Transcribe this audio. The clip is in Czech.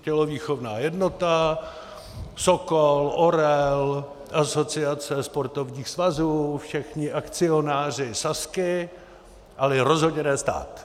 tělovýchovná jednota Sokol, Orel, Asociace sportovních svazů, všichni akcionáři Sazky, ale rozhodně ne stát.